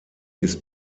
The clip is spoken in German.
ist